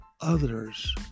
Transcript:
others